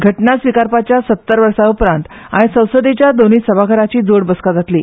घटना स्विकारपाच्या सत्तर वर्सां उपरांत आयज संसदेच्या दोनूय सभाघरांनी जोड बसका जातली